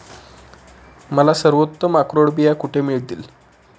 मला सर्वोत्तम अक्रोड बिया कुठे मिळतील